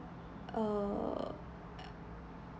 err